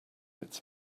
its